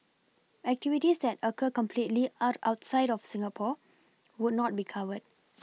activities that occur completely out outside of Singapore would not be covered